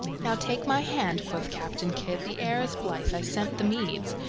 now take my hand, quoth captain kidd, the air is blithe, i scent the meads.